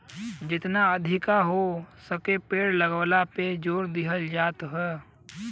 जेतना अधिका हो सके पेड़ लगावला पे जोर दिहल जात हौ